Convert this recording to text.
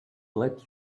let